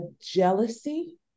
jealousy